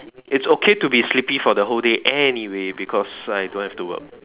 it's okay to be sleepy for the whole day anyway because I don't have to work